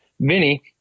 Vinny